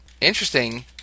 Interesting